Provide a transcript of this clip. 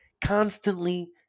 constantly